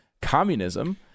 communism